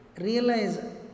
realize